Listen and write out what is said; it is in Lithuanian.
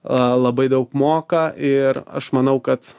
labai daug moka ir aš manau kad